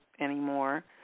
anymore